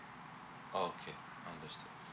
oh okay understood